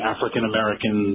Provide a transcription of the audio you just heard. African-American